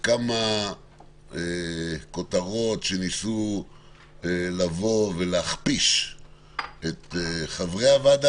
וכמה כותרות שניבו להכפיש את חברי הוועדה